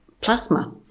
plasma